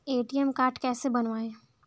ATM card कैसे बनवाएँ?